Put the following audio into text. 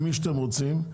עם מי שאתם רוצים,